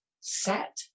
set